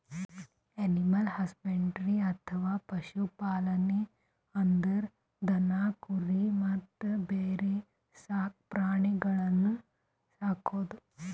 animal husbandry ಅಥವಾ ಪಶು ಪಾಲನೆ ಅಂದ್ರ ದನ ಕುರಿ ಮತ್ತ್ ಬ್ಯಾರೆ ಸಾಕ್ ಪ್ರಾಣಿಗಳನ್ನ್ ಸಾಕದು